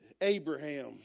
Abraham